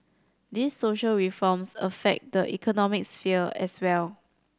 these social reforms affect the economic sphere as well